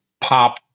pop